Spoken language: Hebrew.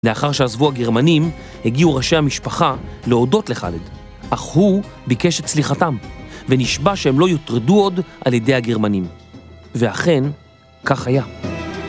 ‫לאחר שעזבו הגרמנים, ‫הגיעו ראשי המשפחה להודות לחאלד, ‫אך הוא ביקש את סליחתם, ‫ונשבע שהם לא יוטרדו עוד ‫על ידי הגרמנים. ‫ואכן, כך היה.